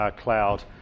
cloud